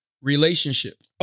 relationship